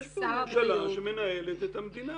יש ממשלה שמנהלת את המדינה.